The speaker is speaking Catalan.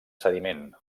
sediment